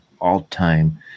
all-time